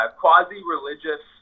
quasi-religious